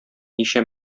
ничә